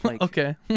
okay